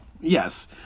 Yes